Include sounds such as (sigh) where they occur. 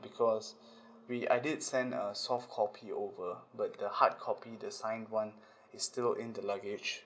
because (breath) we I did sent a soft copy over but the hard copy the signed one (breath) is still in the luggage